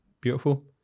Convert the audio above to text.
beautiful